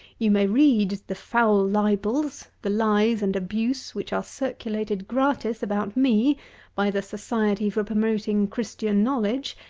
you may read the foul libels, the lies and abuse, which are circulated gratis about me by the society for promoting christian knowledge,